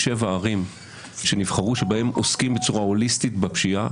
שבע ערים שנבחרו בהן עוסקים בצורה הוליסטית בפשיעה.